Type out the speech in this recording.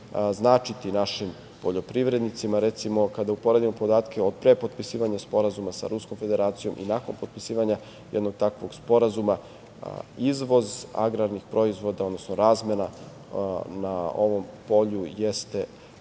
značiti našim poljoprivrednicima. Recimo, kada uporedimo podatke od pre potpisivanja Sporazuma sa Ruskom Federacijom i nakon potpisivanja jednog takvog sporazuma, izvoz agrarnih proizvoda, odnosno razmena na ovom polju jeste